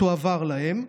תועבר להם.